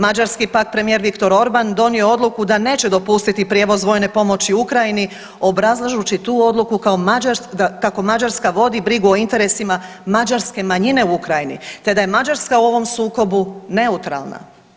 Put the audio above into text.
Mađarski pak premijer Viktor Orban donio je odluku da neće dopustiti prijevoz vojne pomoći Ukrajini obrazlažući tu odluku kako Mađarska vodi brigu o interesima mađarske manjine u Ukrajini, te da je Mađarska u ovom sukobu neutralna.